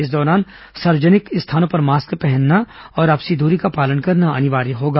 इस दौरान सार्वजनिक स्थानों पर मास्क पहनना और आपसी दूरी का पालन करना अनिवार्य होगा